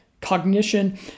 cognition